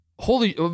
Holy